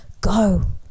go